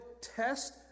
test